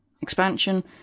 expansion